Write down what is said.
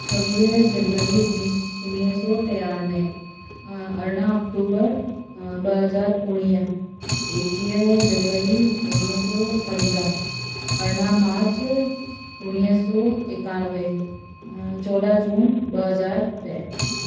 छवीह जनवरी उनीस उणिवीह सौ टियानवे अरिड़हां अक्टूबर ॿ हज़ार उणिवीह एक्वीह जनवरी उणिवीह सौ पंजाह अरिड़हां मार्च उणिवीह सौ एकानवे चोॾहां जून ॿ हज़ार ॾह